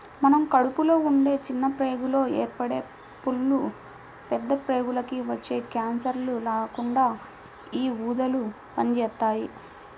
మన కడుపులో ఉండే చిన్న ప్రేగుల్లో ఏర్పడే పుళ్ళు, పెద్ద ప్రేగులకి వచ్చే కాన్సర్లు రాకుండా యీ ఊదలు పనిజేత్తాయి